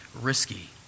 risky